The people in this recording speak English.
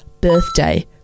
birthday